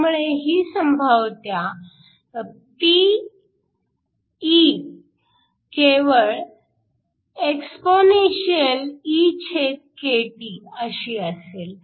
त्यामुळे ही संभाव्यता P केवळ exp अशी असेल